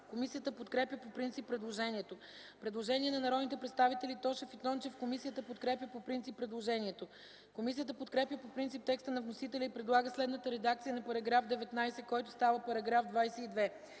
Комисията подкрепя по принцип предложението. Постъпило е предложение от народните представители Тошев и Тончев. Комисията подкрепя по принцип предложението. Комисията подкрепя по принцип текста на вносителя и предлага следната редакция на § 16, който става § 17: „§ 17.